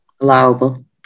allowable